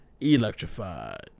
electrified